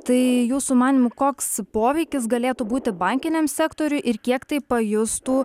tai jūsų manymu koks poveikis galėtų būti bankiniam sektoriui ir kiek tai pajustų